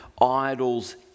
idols